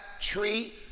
tree